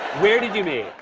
where did you meet?